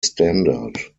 standard